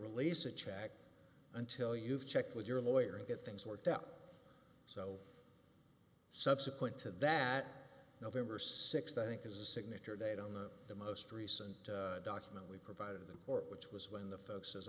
release a check until you've checked with your lawyer and get things worked out so subsequent to that november sixth i think is a signature date on the the most recent document we provided them or which was when the folks